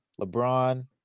LeBron